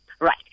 right